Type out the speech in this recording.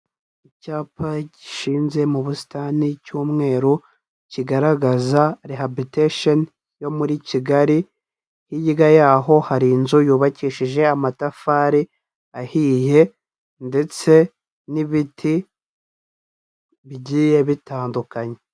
Icyapa gishinze mu busitani cy'umweru, kigaragaza rehabilitation yo muri Kigali, hirya yaho hari inzu yubakishije amatafari ahiye ndetse n'ibiti bigiye bitandukanye.